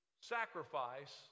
sacrifice